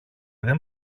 δεν